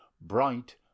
bright